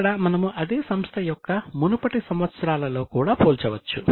ఇక్కడ మనము అదే సంస్థ యొక్క మునుపటి సంవత్సరాలతో కూడా పోల్చవచ్చు